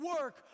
work